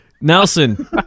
Nelson